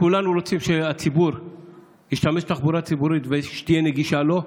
כולנו רוצים שהציבור ישתמש בתחבורה ציבורית ושהיא תהיה נגישה לו.